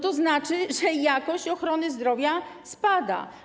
To znaczy, że jakość ochrony zdrowia spada.